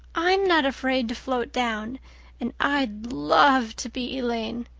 i'm not afraid to float down and i'd love to be elaine.